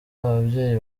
ababyeyi